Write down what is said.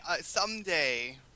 Someday